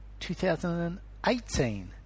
2018